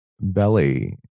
belly